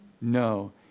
No